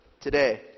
today